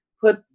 put